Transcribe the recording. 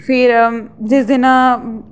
फिर जिस दिन